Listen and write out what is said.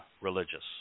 religious